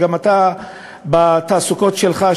וגם אתה בתעסוקות שלך,